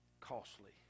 costly